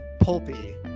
pulpy